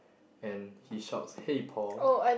and he shouts hey Paul